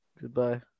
Goodbye